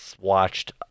watched